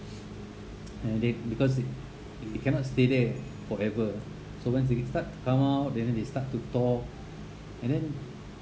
and they because they cannot stay there forever so once they can start come out then they start to talk and then